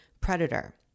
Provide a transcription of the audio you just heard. predator